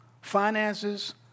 finances